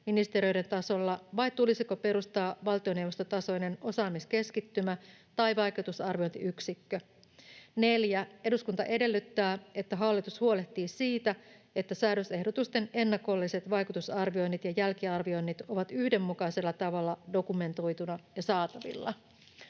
ministeriöiden tasolla vai tulisiko perustaa valtioneuvostotasoinen osaamiskeskittymä tai vaikutusarviointiyksikkö; 4) Eduskunta edellyttää, että hallitus huolehtii siitä, että säädösehdotusten ennakolliset vaikutusarvioinnit ja jälkiarvioinnit ovat yhdenmukaisella tavalla dokumentoituna ja saatavilla.